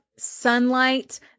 sunlight